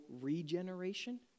regeneration